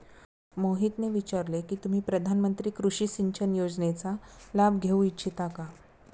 मोहितने विचारले की तुम्ही प्रधानमंत्री कृषि सिंचन योजनेचा लाभ घेऊ इच्छिता का?